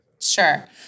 Sure